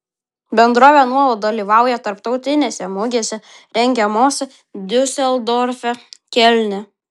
bendrovė nuolat dalyvauja tarptautinėse mugėse rengiamose diuseldorfe kelne